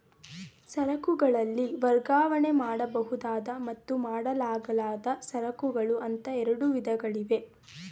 ಸರಕುಗಳಲ್ಲಿ ವರ್ಗಾವಣೆ ಮಾಡಬಹುದಾದ ಮತ್ತು ಮಾಡಲಾಗದ ಸರಕುಗಳು ಅಂತ ಎರಡು ವಿಧಗಳಿವೆ